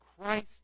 Christ